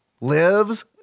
lives